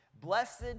Blessed